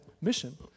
mission